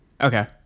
Okay